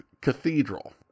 Cathedral